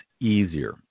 easier